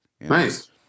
Nice